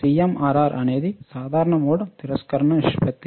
CMRR అనేది సాధారణ mode తిరస్కరణ నిష్పత్తి